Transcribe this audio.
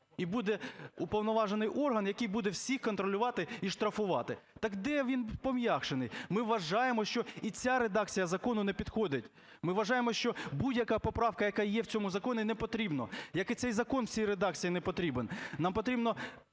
І буде уповноважений орган, який буде всіх контролювати і штрафувати". Так де він пом'якшений? Ми вважаємо, що і ця редакція закону не підходить. Ми вважаємо, що будь-яка поправка, яка є в цьому законі, не потрібна, як і цей закон в цій редакції не потрібен. Нам потрібно